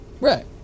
Right